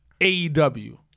AEW